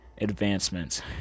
advancements